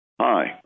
Hi